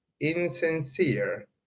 insincere